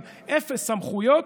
עם אפס סמכויות.